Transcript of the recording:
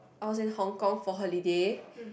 I was in Hong Kong for holiday